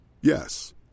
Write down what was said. Yes